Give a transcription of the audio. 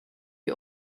you